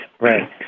Right